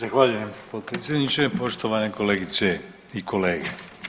Zahvaljujem potpredsjedniče, poštovane kolegice i kolege.